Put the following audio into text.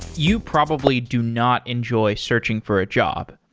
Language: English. you probably do not enjoy searching for a job.